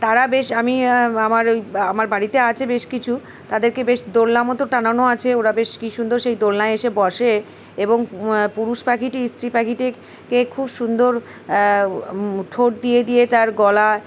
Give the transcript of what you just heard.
তারা বেশ আমি আমার ওই আমার বাড়িতে আছে বেশ কিছু তাদেরকে বেশ দোলনা মতো টাঙানো আছে ওরা বেশ কি সুন্দর সেই দোলনায় এসে বসে এবং পুরুষ পাখিটি স্ত্রী পাখিটকে খুব সুন্দর ঠোঁট দিয়ে দিয়ে তার গলা